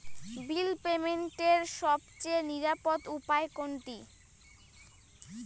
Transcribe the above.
বিল পেমেন্টের সবচেয়ে নিরাপদ উপায় কোনটি?